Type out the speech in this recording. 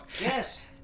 Yes